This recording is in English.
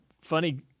funny